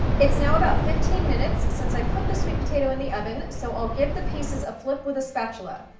it's now about fifteen minutes since i've put the sweet potato in the oven, so i'll give the pieces a flip with a spatula.